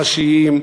הראשיים,